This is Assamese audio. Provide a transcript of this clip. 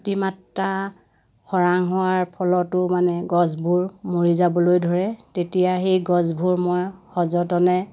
অতিমাত্ৰা খৰাং হোৱাৰ ফলতো মানে গছবোৰ মৰি যাবলৈ ধৰে তেতিয়া সেই গছবোৰ মই সযতনে